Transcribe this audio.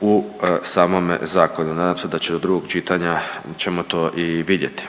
u samome zakonu. Nadam se da ćemo do drugog čitanja to i vidjeti.